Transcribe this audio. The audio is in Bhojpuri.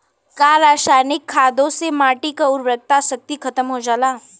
का रसायनिक खादों से माटी क उर्वरा शक्ति खतम हो जाला?